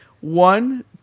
one